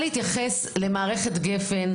להתייחס למערכת גפ"ן,